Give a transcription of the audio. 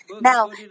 Now